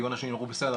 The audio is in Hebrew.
היו אנשים שאמרו בסדר,